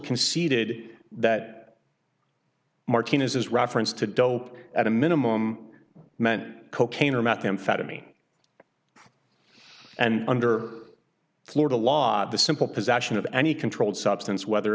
conceded that martinez is reference to dope at a minimum meant cocaine or methamphetamine and under florida law the simple possession of any controlled substance whether